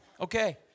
Okay